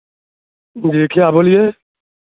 جی کیا بولیے